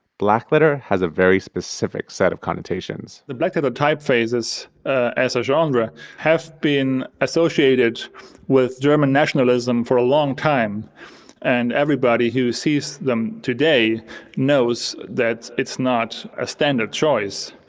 blackletter has a very specific set of connotations the blackletter typefaces as a genre have been associated with german nationalism for a long time and everybody who sees them today knows that it's not a standard choice.